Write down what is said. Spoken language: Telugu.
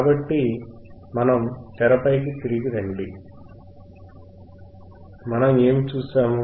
కాబట్టి తెర పైకి తిరిగి రండి మనం ఏమి చూశాము